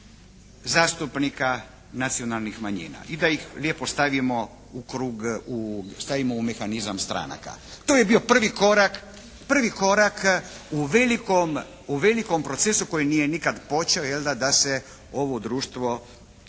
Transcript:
zastupnika nacionalnih manjina i da ih lijepo stavimo u krug, stavimo u mehanizam stranaka. To je bio prvi korak u velikom procesu koji nikad počeo, jel da, da se ovo društvo